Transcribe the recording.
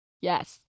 Yes